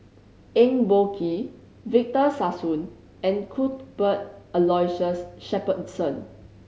Eng Boh Kee Victor Sassoon and Cuthbert Aloysius Shepherdson